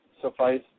suffice